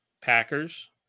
Packers